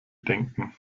denken